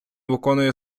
виконує